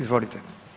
Izvolite.